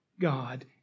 God